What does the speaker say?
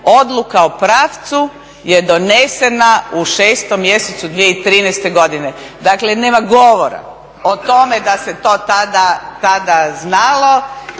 odluka o pravcu je donesena u 6. mjesecu 2013. godine. Dakle nema govora o tome da se to tada znalo